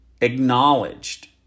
acknowledged